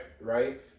Right